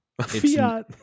Fiat